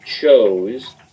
chose